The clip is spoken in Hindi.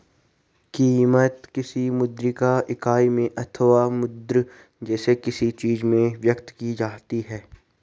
कीमत, किसी मौद्रिक इकाई में अथवा मुद्रा जैसी किसी चीज में व्यक्त की जाती है